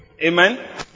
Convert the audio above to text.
Amen